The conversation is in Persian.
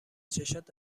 چشات